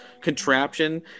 contraption